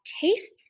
tastes